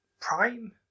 prime